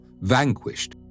vanquished